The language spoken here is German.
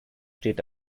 steht